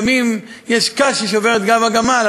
לפעמים יש קש ששובר את גב הגמל,